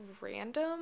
random